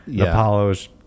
Apollo's